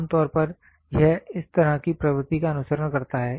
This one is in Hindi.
आम तौर पर यह इस तरह की प्रवृत्ति का अनुसरण करता है